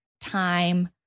time